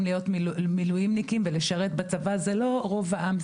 להיות מילואימניקים ולשרת בצבא זה לא רוב העם,